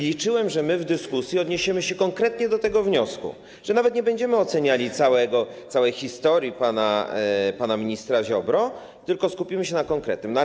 Liczyłem, że w dyskusji odniesiemy się konkretnie do tego wniosku, że nawet nie będziemy oceniali całej historii pana ministra Ziobro, tylko skupimy się na konkretnym wniosku.